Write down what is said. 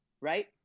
right